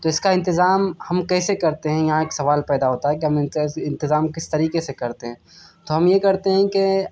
تو اس کا انتظام ہم کیسے کرتے ہیں یہاں ایک سوال پیدا ہوتا ہے کہ ہم انتظام کس طریقے سے کرتے ہیں تو ہم یہ کرتے ہیں کہ